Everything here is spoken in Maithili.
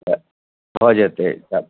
तऽ भऽ जेतय तब